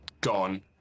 gone